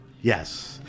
yes